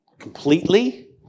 completely